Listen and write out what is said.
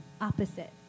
opposite